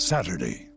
Saturday